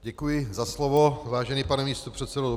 Děkuji za slovo, vážený pane místopředsedo.